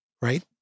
right